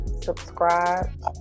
subscribe